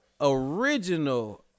original